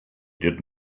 did